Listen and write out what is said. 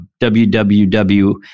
www